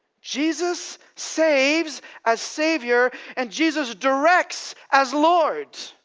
jesus saves as saviour, and jesus directs as lord.